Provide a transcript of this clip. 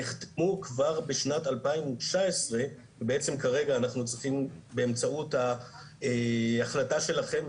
נחתמו כבר בשנת 2019 ובעצם כרגע אנחנו צריכים באמצעות ההחלטה שלכם,